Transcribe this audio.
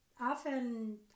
often